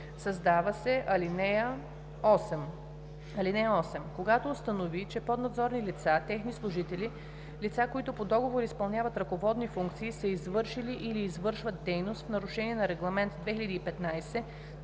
г)създава се ал. 8: „(8) Когато установи, че поднадзорни лица, техни служители, лица, които по договор изпълняват ръководни функции, са извършили или извършват дейност в нарушение на Регламент (ЕС)